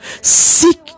Seek